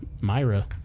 Myra